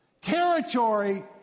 territory